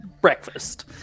breakfast